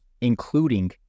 including